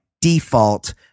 Default